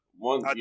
One